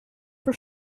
for